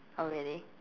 oh really